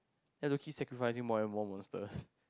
then you have to keep sacrificing more and more monsters